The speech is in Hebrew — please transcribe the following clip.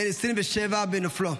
בן 27 בנופלו,